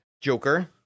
Joker